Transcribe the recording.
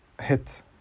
hit